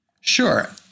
Sure